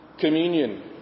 communion